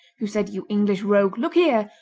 who said, you english rogue, look here!